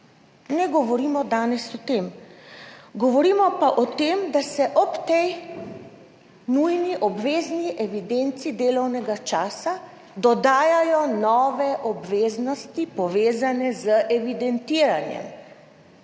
ne govorimo danes o tem, govorimo pa o tem, da se ob tej nujni obvezni evidenci delovnega časa dodajajo nove obveznosti, povezane z evidentiranjem